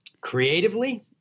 creatively